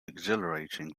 exhilarating